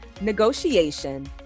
negotiation